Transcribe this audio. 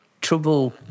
trouble